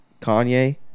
Kanye